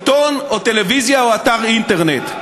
עיתון או רשת טלוויזיה או אתר אינטרנט.